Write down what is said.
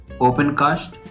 Opencast